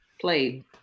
played